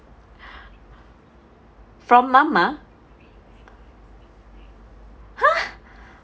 from mama !huh!